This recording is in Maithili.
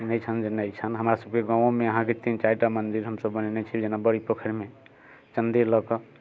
नहि छनि जे नहि छनि हमरा सभके गाँवओमे अहाँके तीन चारिटा मन्दिर हमसभ बनेने छी जेना बड़ि पोखरिमे चन्दे लअ कऽ